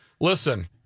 listen